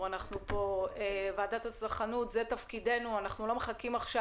זו תפקידה של ועדת הצרכנות ואנחנו לא נחכה עכשיו